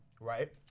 Right